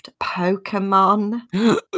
Pokemon